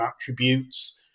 attributes